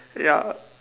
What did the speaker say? ya